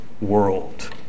world